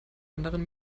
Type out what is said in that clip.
anderen